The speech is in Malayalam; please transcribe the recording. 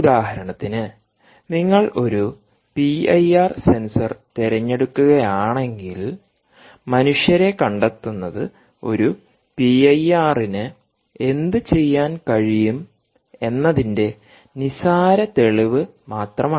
ഉദാഹരണത്തിന് നിങ്ങൾ ഒരു പി ഐ ആർ സെൻസർ തിരഞ്ഞെടുക്കുകയാണെങ്കിൽ മനുഷ്യരെ കണ്ടെത്തുന്നത് ഒരു പിഐആർന് എന്തുചെയ്യാൻ കഴിയും എന്നതിന്റെ നിസ്സാര തെളിവ് മാത്രമാണ്